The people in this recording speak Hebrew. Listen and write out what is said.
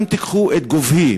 אם תיקחו את גובהי,